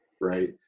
right